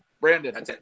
Brandon